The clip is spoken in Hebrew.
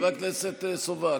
חבר הכנסת סובה.